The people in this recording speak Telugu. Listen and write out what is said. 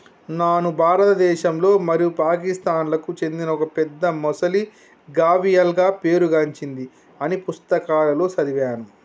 నాను భారతదేశంలో మరియు పాకిస్తాన్లకు చెందిన ఒక పెద్ద మొసలి గావియల్గా పేరు గాంచింది అని పుస్తకాలలో సదివాను